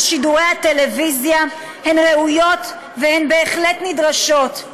שידורי הטלוויזיה ראויות ובהחלט נדרשות,